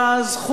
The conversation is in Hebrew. היושב-ראש,